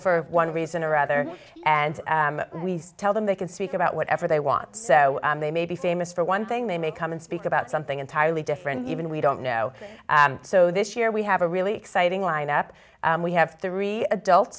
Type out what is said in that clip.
for one reason or another and we tell them they can speak about whatever they want so they may be famous for one thing they may come and speak about something entirely different even we don't know so this year we have a really exciting lineup we have three adult